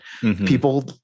people